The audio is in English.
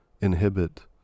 inhibit